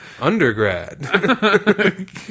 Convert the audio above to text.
undergrad